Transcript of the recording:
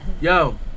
Yo